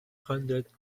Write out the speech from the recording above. hundred